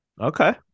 Okay